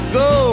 go